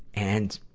and,